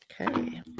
okay